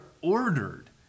ordered